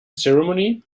ceremony